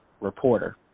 reporter